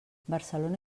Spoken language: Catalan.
barcelona